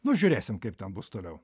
nu žiūrėsim kaip ten bus toliau